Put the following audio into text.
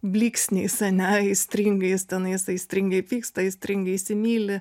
blyksniais ane aistringais tenais aistringai pyksta aistringai įsimyli